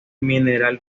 mineral